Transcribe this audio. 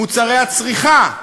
מוצרי הצריכה,